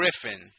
Griffin